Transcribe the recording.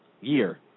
year